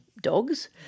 dogs